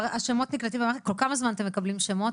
השמות נקלטים במערכת - כל כמה זמן אתם מקבלים שמות?